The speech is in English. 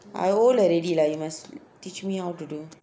I old already lah you must teach me how to do